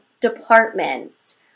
departments